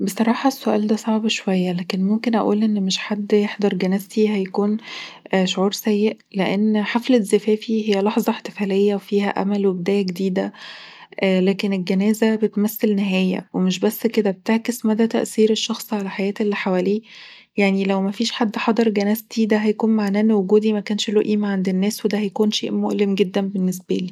بصراحة، السؤال ده صعب شوية. لكن ممكن أقول إن مش حد يحضر جنازتي هيكون شعور سئ لأن حفلة زفافي هي لحظة احتفالية، وفيها أمل وبداية جديدة لكن الجنازة بتمثل نهاية، ومش بس كده، بتعكس مدى تأثير الشخص على حياة اللي حواليه. يعني لو مافيش حد حضر جنازتي، ده هيكون معناه إن وجودي ماكانش له قيمة عند الناس، وده هيكون شئ مؤلم جدًا بالنسبالي